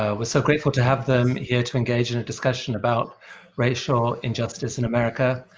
ah we're so grateful to have them here to engage in a discussion about racial injustice in america,